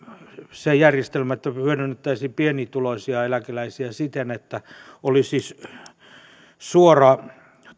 se järjestelmä että se hyödyttäisi pienituloisia eläkeläisiä siten että olisi suora